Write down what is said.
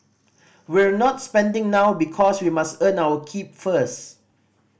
we're not spending now because we must earn our keep first